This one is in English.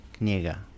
Kniga